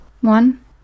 One